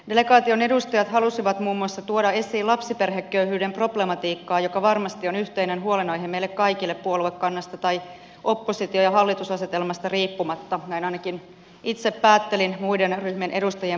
delegaation edustajat halusivat muun muassa tuoda esiin lapsiperheköyhyyden problematiikkaa joka varmasti on yhteinen huolenaihe meille kaikille puoluekannasta tai oppositio ja hallitus asetelmasta riippumatta näin ainakin itse päättelin muiden ryhmien edustajien puheenvuoroista